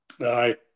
Aye